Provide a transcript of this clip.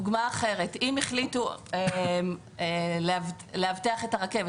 דוגמה אחרת: אם החליטו לאבטח את הרכבת